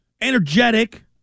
energetic